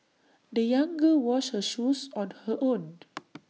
the young girl washed her shoes on her own